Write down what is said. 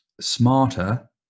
smarter